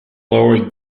lower